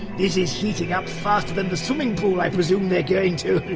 this is heating up faster than the swimming pool i presume they're going to!